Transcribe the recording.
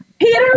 Peter